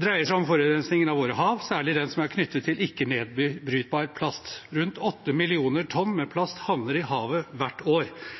dreier seg om forurensingen av våre hav, særlig knyttet til ikke-nedbrytbar plast. Rundt åtte millioner tonn med plast havner i havet hvert år.